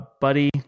buddy